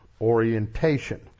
orientation